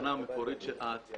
היו ללא נושא זה.